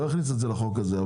לא אכניס את זה לחוק הזה,